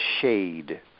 shade